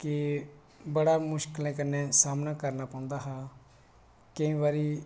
ते बड़ा मुश्कलें कन्नै सामना करना पौंदा केईं बारी